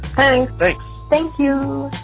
thank thank you.